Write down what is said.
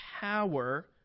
power